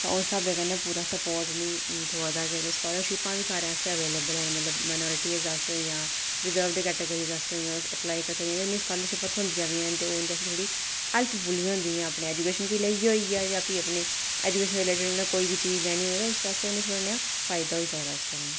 तां उस स्हाबै कन्नै पूरा स्पोट नेईं थ्होंदा ते स्कालर शिप्पां बी सारें आस्तै अवेलेबल हैन मतलब माइनरिटी आस्तै जां रिजर्ब कैटागिरी आस्तै होई गेइयां अपलाई करी सकदे ओ स्कालर शिप्पां थ्होंदियां बी हैन तां ते ओह् उंदे आस्तै थोह्ड़ी हैल्पफुल हुंदी ऐ ऐजुकेशन गी लेइयै होई गेई जां फ्ही अपने ऐजुकेशन दे रिलेटड़ कोई बी चीज लैनी होऐ तां उ'नें गी थोह्ड़ा नेहा फायदा होई सकदा ऐ